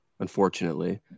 Unfortunately